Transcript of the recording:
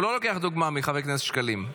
הוא לא לוקח דוגמה מחבר הכנסת שקלים.